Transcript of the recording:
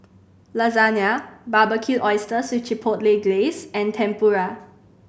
Lasagna Barbecued Oysters with Chipotle Glaze and Tempura